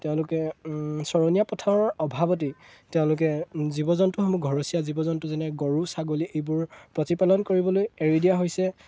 তেওঁলোকে চৰণীয়া পথাৰৰ অভাৱতেই তেওঁলোকে জীৱ জন্তুসমূহ ঘৰচীয়া জীৱ জন্তু যেনে গৰু ছাগলী এইবোৰ প্ৰতিপালন কৰিবলৈ এৰি দিয়া হৈছে